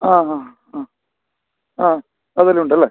ആ ആ ആ ആ അതെല്ലാം ഉണ്ടല്ലേ